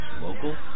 local